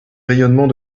rayonnement